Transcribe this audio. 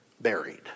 buried